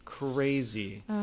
crazy